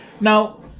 Now